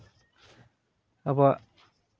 ᱟᱵᱚᱣᱟᱜ